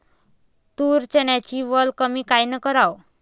तूर, चन्याची वल कमी कायनं कराव?